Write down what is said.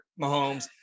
Mahomes